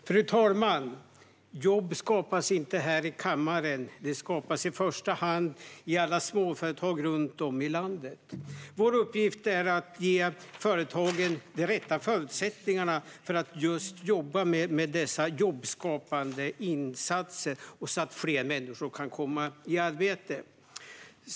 Fru talman! Jobb skapas inte här i kammaren. De skapas i första hand i alla småföretag runt om i landet. Vår uppgift här är att ge företagen de rätta förutsättningarna för jobbskapande insatser så att fler människor kan komma i arbete.